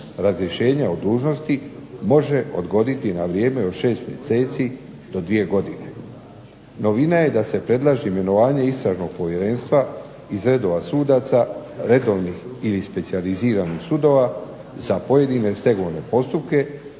razrješenja o dužnosti može odgoditi na vrijeme od 6 mjeseci do 2 godine. Novina je da se predlaže imenovanje Istražnog povjerenstva iz redova sudaca, redovnih ili specijaliziranih sudova za pojedine stegovne postupke